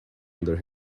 under